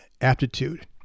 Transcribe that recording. aptitude